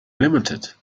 limited